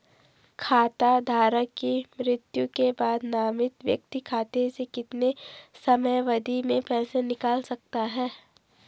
खाता धारक की मृत्यु के बाद नामित व्यक्ति खाते से कितने समयावधि में पैसे निकाल सकता है?